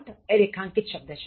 Want એ રેખાંકિત શબ્દ છે